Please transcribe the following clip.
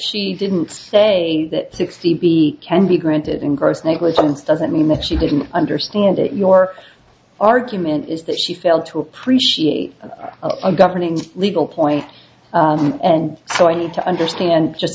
she didn't say that sixty b can be granted in gross negligence doesn't mean that she didn't understand it your argument is that she failed to appreciate a governing legal point so i need to understand just